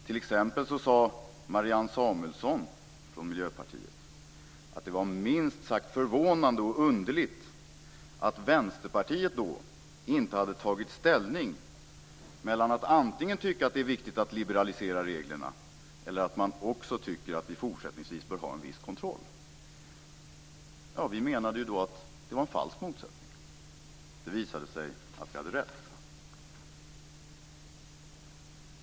T.ex. sade Marianne Samuelsson från Miljöpartiet att det var minst sagt förvånande och underligt att Vänsterpartiet inte hade tagit ställning till att antingen tycka att det är viktigt att liberalisera reglerna eller att tycka att vi också fortsättningsvis bör ha en viss kontroll. Vi menade att detta var en falsk motsättning, och det visade sig att vi hade rätt.